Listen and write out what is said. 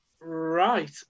Right